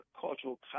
cultural